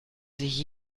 sich